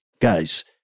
Guys